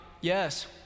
Yes